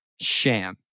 Sham